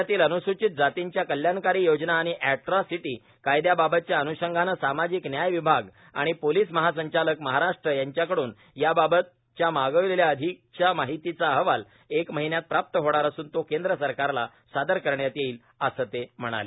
राज्यातील अन्सूचित जातींच्या कल्याणकारी योजना आणि अॅट्रॉसिटी कायदयाबाबतच्या अनुषंगाने सामाजिक न्याय विभाग आणि पोलीस महासंचालक महाराष्ट्र यांच्याकडुन याबाबतच्या मागविलेल्या अधिकच्या माहितीचा अहवाल एक महिन्यात प्राप्त होणार असून तो केंद्र सरकारला सादर करण्यात येईल असं ते म्हणाले